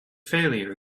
failure